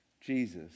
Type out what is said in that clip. jesus